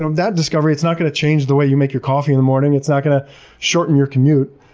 that discovery, it's not going to change the way you make your coffee in the morning. it's not going to shorten your commute.